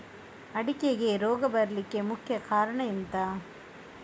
ಅಡಿಕೆಗೆ ರೋಗ ಬರ್ಲಿಕ್ಕೆ ಮುಖ್ಯ ಕಾರಣ ಎಂಥ?